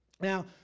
Now